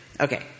Okay